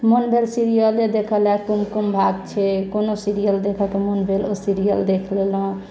मन भेल सीरियले देखऽ लऽ कुमकुम भाग्य छै कोनो सीरियल देखैके मन भेल ओ सीरियल देख लेलहुँ